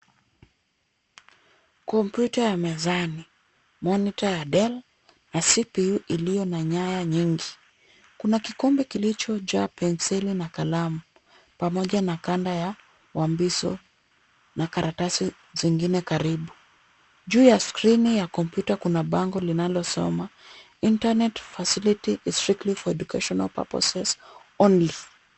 Kompyuta ya mezani, monitor ya dell na CPU iliyo na nyaya nyingi, kuna kikombe kilichojaa penseli na kalamu pamoja na kanda ya wambiso na karatasi zingine karibu. Juu ya skrini ya kompyuta kuna bango linalosoma internet facility is strictly for educational purposes only .